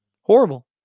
Horrible